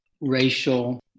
racial